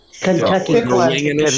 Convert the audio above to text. Kentucky